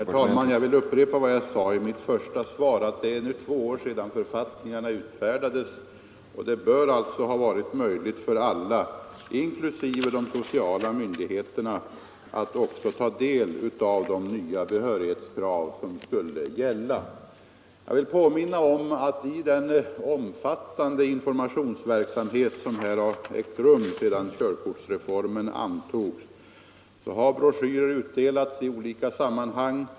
Herr talman! Jag vill upprepa vad jag sade i mitt första svar, att det nu är två år sedan författningarna utfärdades. Det bör alltså ha varit möjligt för alla, inklusive de sociala myndigheterna, att också ta del av de nya behörighetskrav som skall gälla. I den omfattande informationsverksamhet som hag ägt rum sedan körkortsreformen antogs har broschyrer utdelats i olika sammanhang.